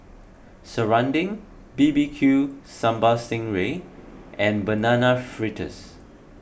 Serunding B B Q Sambal Sting Ray and Banana Fritters